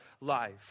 life